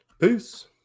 Peace